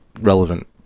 relevant